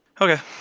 Okay